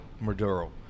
Maduro